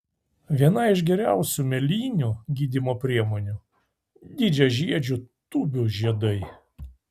viena iš geriausių mėlynių gydymo priemonių didžiažiedžių tūbių žiedai